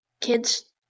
kids